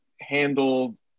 handled